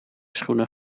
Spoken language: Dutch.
schoenen